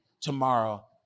tomorrow